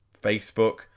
Facebook